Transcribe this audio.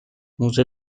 موزه